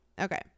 Okay